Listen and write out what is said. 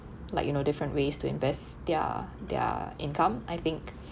like you know different ways to invest their their income I think